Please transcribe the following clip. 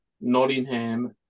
Nottingham